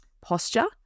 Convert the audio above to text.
Posture